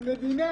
של מדינה,